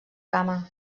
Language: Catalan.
cama